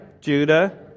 Judah